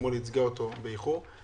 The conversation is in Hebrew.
שאתמול ייצגה אותו באיחור,